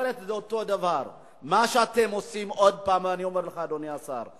אבל ברגע שנקבע עיקרון של one person, one vote,